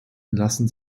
lassen